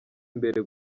imbere